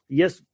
yes